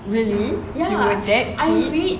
really you were that kid